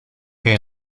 que